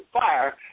fire